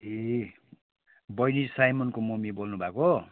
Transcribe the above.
ए बहिनी साइमनको मम्मी बोल्नु भएको